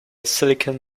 silicon